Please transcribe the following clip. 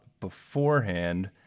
beforehand